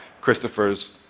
Christopher's